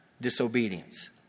disobedience